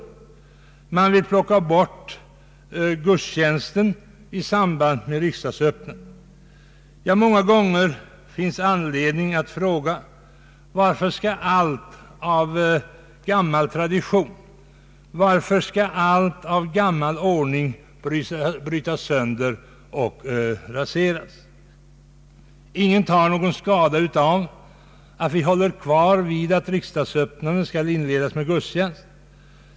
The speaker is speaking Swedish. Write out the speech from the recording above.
Man vill nämligen också plocka bort gudstjänsten i samband med riks: dagsöppnandet. Många gånger finns det anledning att fråga varför allt av gammal tradition, allt av gammal ordning skall brytas sönder och raseras. Ingen tar någon skada av att vi håller kvar vid att riksdagsöppnandet skall inledas med gudstjänst.